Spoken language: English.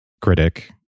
critic